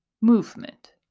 Movement